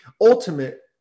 ultimate